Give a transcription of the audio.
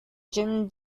jim